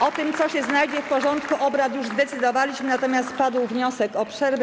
O tym, co się znajdzie w porządku obrad, już zdecydowaliśmy, natomiast padł wniosek o przerwę.